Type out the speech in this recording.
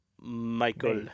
Michael